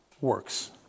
works